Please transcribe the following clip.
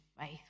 faith